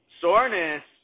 soreness